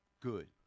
good